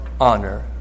honor